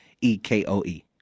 e-k-o-e